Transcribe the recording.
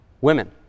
Women